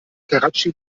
karatschi